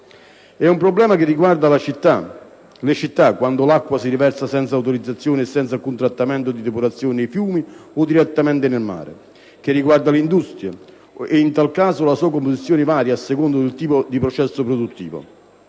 È un problema che riguarda le città, quando l'acqua si riversa senza autorizzazione e senza alcun trattamento di depurazione nei fiumi o direttamente nel mare; che riguarda le industrie, e in tal caso la sua composizione varia a seconda del tipo di processo produttivo;